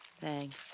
Thanks